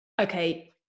okay